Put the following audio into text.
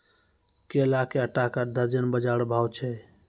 केला के आटा का दर्जन बाजार भाव छ?